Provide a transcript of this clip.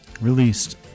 Released